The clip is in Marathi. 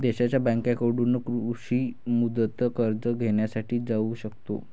देशांच्या बँकांकडून कृषी मुदत कर्ज घेण्यासाठी जाऊ शकतो